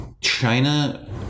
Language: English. China